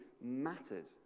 matters